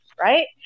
right